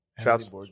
Shouts